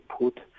put